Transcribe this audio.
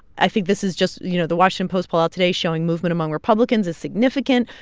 i think this is just you know, the washington post poll out today showing movement among republicans is significant,